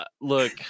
look